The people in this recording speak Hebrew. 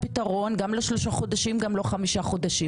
גם לא שלושה חודשים וגם לא חמישה חודשים",